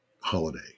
holiday